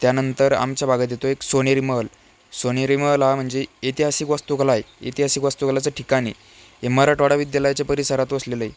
त्यानंतर आमच्या भागात येतो एक सोनेरी महल सोनेरी महल हा म्हणजे ऐतिहासिक वस्तू कला आहे ऐतिहासिक वस्तू कलाचं ठिकाण आहे हे मराठवाडा विद्यालयाच्या परिसरात वसलेलं आहे